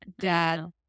dad